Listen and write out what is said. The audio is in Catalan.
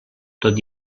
tot